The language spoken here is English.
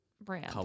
brand